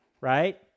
Right